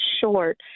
short